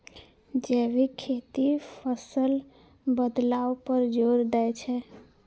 जैविक खेती फसल बदलाव पर जोर दै छै